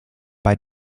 bei